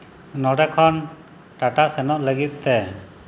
ᱱᱚᱰᱮ ᱠᱷᱚᱱ ᱴᱟᱴᱟ ᱥᱮᱱᱚᱜ ᱞᱟᱹᱜᱤᱫ ᱛᱮ